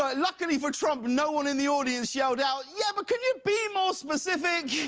ah luckily for trump no one in the audience yelled out yeah, but could you be more specific.